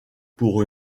pour